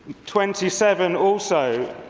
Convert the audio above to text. twenty seven, also,